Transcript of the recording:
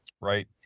right